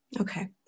Okay